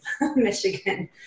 Michigan